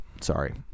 Sorry